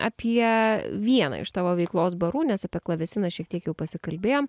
apie vieną iš tavo veiklos barų nes apie klavesiną šiek tiek jau pasikalbėjom